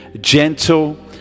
gentle